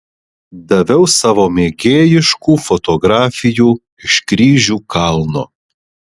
daviau savo mėgėjiškų fotografijų iš kryžių kalno